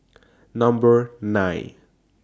Number nine